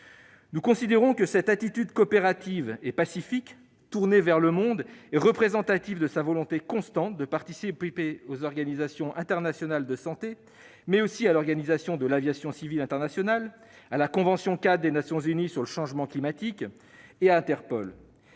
Nous considérons que cette attitude coopérative et pacifique, tournée vers le monde, est représentative de la volonté constante de Taïwan de participer aux organisations internationales en matière de santé, mais aussi à l'Organisation de l'aviation civile internationale, à la Convention-cadre des Nations unies sur les changements climatiques et à Interpol.